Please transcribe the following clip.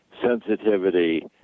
sensitivity